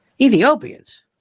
Ethiopians